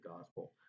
gospel